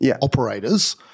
operators